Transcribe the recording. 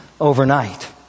overnight